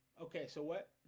okay, so what